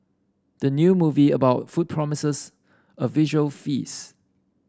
the new movie about food promises a visual feast